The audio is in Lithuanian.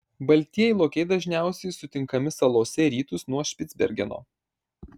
baltieji lokiai dažniausiai sutinkami salose į rytus nuo špicbergeno